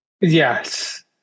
Yes